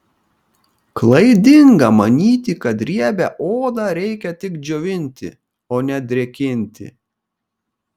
klaidinga manyti kad riebią odą reikia tik džiovinti o ne drėkinti